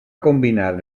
combinar